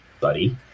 buddy